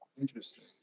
Interesting